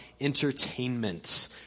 entertainment